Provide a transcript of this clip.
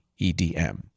edm